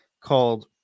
called